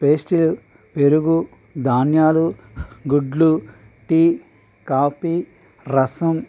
పేస్టులు పెరుగు ధాన్యాలు గుడ్లు టీ కాఫీ రసం